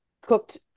cooked